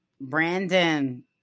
Brandon